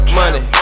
money